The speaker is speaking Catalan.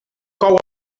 cou